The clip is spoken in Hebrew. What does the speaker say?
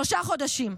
שלושה חודשים.